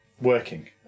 working